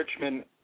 Richmond